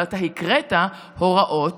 אבל אתה הקראת הוראות